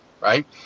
right